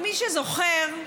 מי שזוכר,